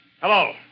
Hello